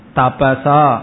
tapasa